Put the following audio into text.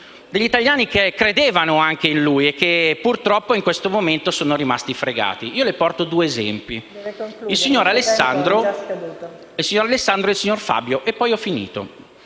degli italiani che credevano in lui e che purtroppo in questo momento sono rimasti fregati. Le porto due esempi: il signor Alessandro e il signor Fabio. Il signor